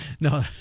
No